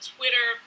Twitter